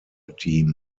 team